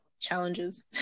challenges